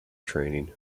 training